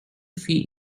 fee